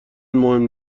مهم